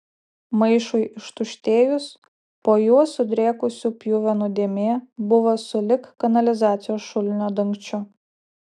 maišui ištuštėjus po juo sudrėkusių pjuvenų dėmė buvo sulig kanalizacijos šulinio dangčiu